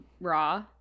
raw